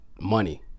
money